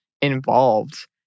involved